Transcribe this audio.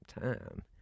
time